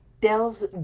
delves